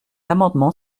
amendement